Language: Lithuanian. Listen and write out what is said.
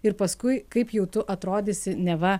ir paskui kaip jau tu atrodysi neva